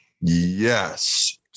Yes